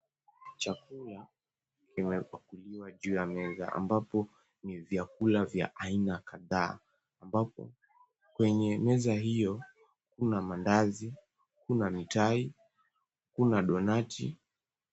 Chakula kimepakuliwa juu ya meza ambapo kuna vyakula vya aina kadhaa ambapo kwenye meza hiyo kuna mandazi, kuna mitai kuna doughnut .